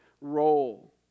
role